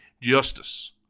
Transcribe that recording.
justice